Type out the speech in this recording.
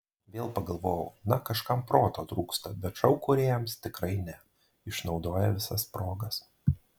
vėl pagalvojau na kažkam proto trūksta bet šou kūrėjams tikrai ne išnaudoja visas progas